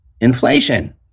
inflation